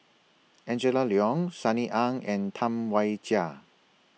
Angela Liong Sunny Ang and Tam Wai Jia